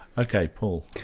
ok, paul.